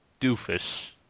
doofus